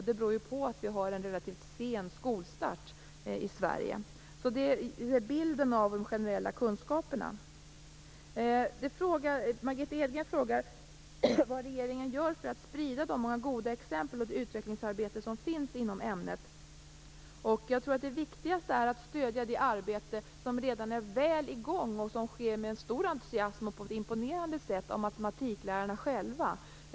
Det beror på att vi har en relativt sen skolstart i Sverige. Det är bilden när det gäller de generella kunskaperna. Margitta Edgren frågar vad regeringen gör för att sprida de många goda exempel på utvecklingsarbete som finns inom ämnet. Jag tror att det viktigaste är att stödja det arbete som redan är väl i gång, och som sker med stor entusiasm och på ett imponerande av matematiklärarna själva.